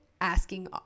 asking